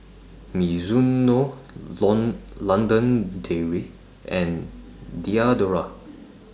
Mizuno London Dairy and Diadora